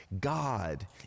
God